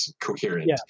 coherent